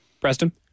Preston